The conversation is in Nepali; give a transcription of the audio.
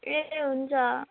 ए हुन्छ